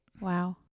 Wow